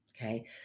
okay